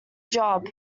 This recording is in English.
job